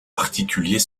particulier